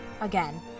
again